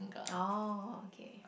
oh okay